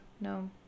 no